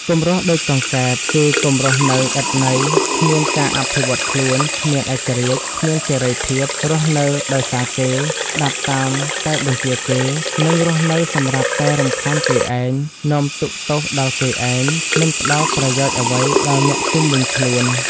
កុំរស់ដូចកង្កែប គឺកុំរស់នៅឥតន័យ គ្មានការអភិវឌ្ឍខ្លួន គ្មានឯករាជ្យ គ្មានសេរីភាព រស់នៅដោយសារគេ ស្តាប់តាមតែបញ្ជារគេ និងរស់នៅសម្រាប់តែរំខានគេឯង នាំទុក្ខទោសដល់គេឯង មិនផ្តល់ប្រយោជន៍អ្វីដល់អ្នកជុំវិញខ្លួន ។